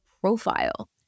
profile